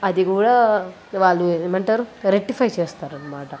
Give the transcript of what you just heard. అది కూడా వాళ్ళు ఏమంటారు రెక్టిఫై చేస్తారు అన్నమాట